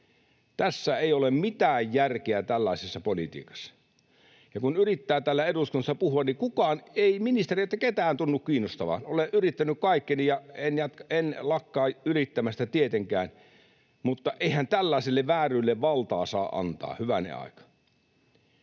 ei ole mitään järkeä, ja kun yrittää täällä eduskunnassa puhua, niin ei ministereitä, ei ketään, tunnu kiinnostavan. Olen yrittänyt kaikkeni, ja en lakkaa yrittämästä tietenkään. Eihän tällaiselle vääryydelle valtaa saa antaa, hyvänen aika.